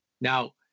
Now